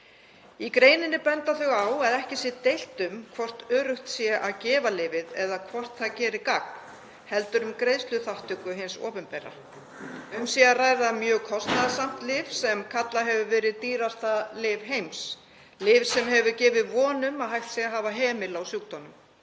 Í greininni benda þau á að ekki sé deilt um hvort öruggt sé að gefa lyfið eða hvort það geri gagn heldur um greiðsluþátttöku hins opinbera. Um sé að ræða mjög kostnaðarsamt lyf sem kallað hefur verið dýrasta lyf heims, lyf sem hefur gefið von um að hægt sé að hafa hemil á sjúkdómnum.